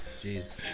Jeez